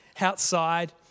outside